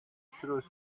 throws